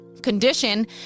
condition